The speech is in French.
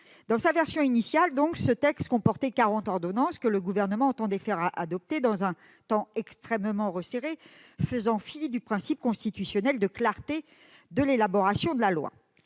Dans sa version initiale, ce projet de loi prévoyait 40 ordonnances, que le Gouvernement entendait prendre dans un temps extrêmement resserré, faisant fi du principe constitutionnel de clarté de l'élaboration de la loi.